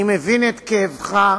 אני מבין את כאבך,